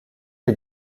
est